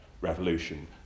revolution